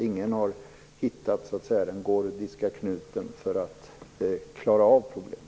Ingen har hittat den gordiska knuten för att klara av problemet.